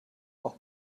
auch